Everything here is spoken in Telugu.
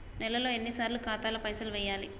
నెలలో ఎన్నిసార్లు ఖాతాల పైసలు వెయ్యాలి?